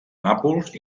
nàpols